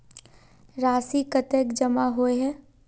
राशि कतेक जमा होय है?